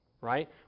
Right